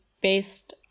based